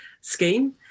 scheme